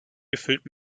gefüllt